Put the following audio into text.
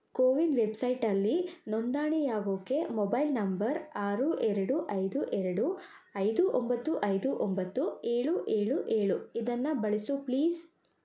ಕೋವಿನ್ ವೆಬ್ಸೈಟಲ್ಲಿ ನೋಂದಣಿಯಾಗೋಕೆ mobile number ಆರು ಎರಡು ಐದು ಎರಡು ಐದು ಒಂಬತ್ತು ಐದು ಒಂಬತ್ತು ಏಳು ಏಳು ಏಳು ಇದನ್ನು ಬಳಸು ಪ್ಲೀಸ್